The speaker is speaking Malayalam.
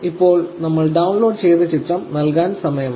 ഇപ്പോൾ നമ്മൾ ഡൌൺലോഡ് ചെയ്ത ചിത്രം നൽകാൻ സമയമായി